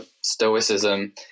stoicism